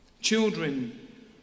Children